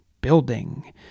building